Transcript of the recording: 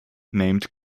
named